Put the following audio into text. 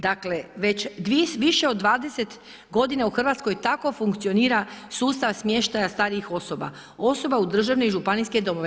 Dakle već više od 20 godina u Hrvatskoj tako funkcionira sustav smještaja starijih osoba, osoba u državne i županijske domove.